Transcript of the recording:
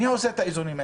מי עושה את האיזונים האלה?